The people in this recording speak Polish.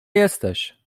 jesteś